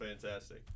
fantastic